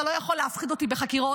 אתה לא יכול להפחיד אותי בחקירות.